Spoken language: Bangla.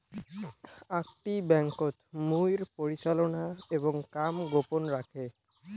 আকটি ব্যাংকোত মুইর পরিচালনা এবং কাম গোপন রাখে